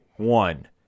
One